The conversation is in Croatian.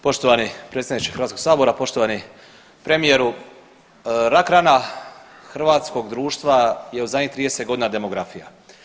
Poštovani predsjedniče Hrvatskog sabora, poštovani premijeru, rak rana hrvatskog društva je u zadnjih 30 godina demografija.